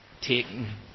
taken